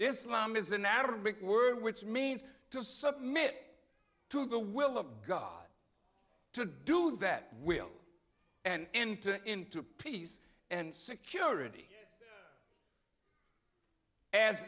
islam is an arabic word which means to submit to the will of god to do that will and enter into peace and security as